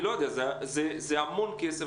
אני לא יודע, זה המון כסף.